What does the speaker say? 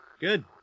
Good